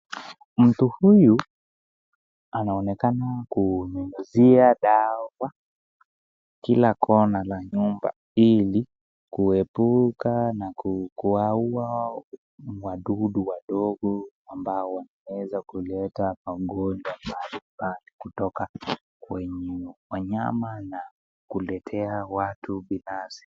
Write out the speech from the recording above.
Mtu huyu anaonekana kunyunyizia dawa kila kona la nyumba ili kuepuka na kuwaua wadudu wadogo ambao wanaweza kuleta magonjwa mbalimbali kutoka kwenye wanyama na kuletea watu binafsi.